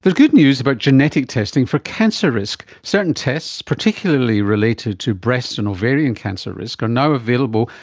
there's good news about genetic testing for cancer risk. certain tests, particularly related to breast and ovarian cancer risk, are now available,